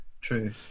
True